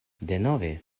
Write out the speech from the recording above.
denove